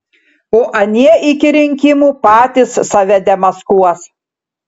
o anie iki rinkimų patys save demaskuos